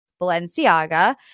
Balenciaga